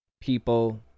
people